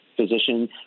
physician